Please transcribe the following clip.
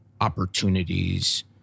opportunities